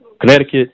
Connecticut